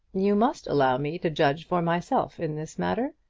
you must allow me to judge for myself in this matter.